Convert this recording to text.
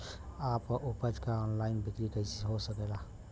आपन उपज क ऑनलाइन बिक्री कइसे हो सकेला?